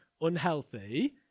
unhealthy